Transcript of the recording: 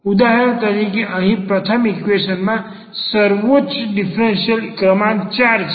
ઉદાહરણ તરીકે અહીં પ્રથમ ઈક્વેશન માં સર્વોચ્ચ ડીફરન્સીયલ ક્રમાંક 4 છે